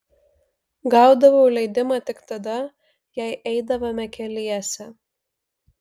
gaudavau leidimą tik tada jei eidavome keliese